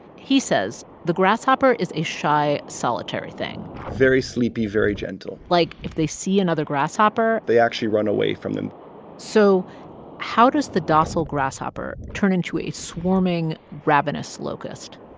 he says the grasshopper is a shy, solitary thing very sleepy, very gentle like, if they see another grasshopper. they actually run away from them so how does the docile grasshopper turn into a swarming, ravenous locust?